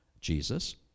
Jesus